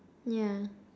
yeah